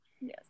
Yes